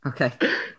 Okay